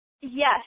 Yes